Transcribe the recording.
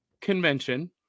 convention